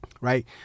right